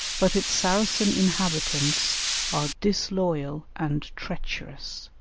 but its saracen inhabitants are disloyal and treacherous.